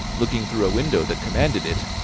looking through a window that commanded it,